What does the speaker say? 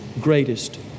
greatest